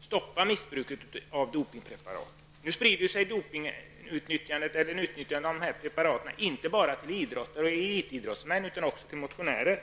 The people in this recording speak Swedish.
stoppa missbruket av dopingpreparat. Nu sprids nyttjandet av dessa preparat inte bara till idrottare och elitidrottsmän utan också till motionärer.